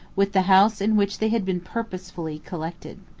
with the house in which they had been purposely collected.